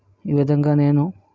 ఈ విధంగా నేను